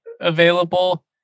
available